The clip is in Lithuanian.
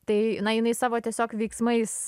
tai na jinai savo tiesiog veiksmais